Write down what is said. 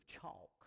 chalk